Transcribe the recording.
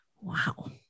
Wow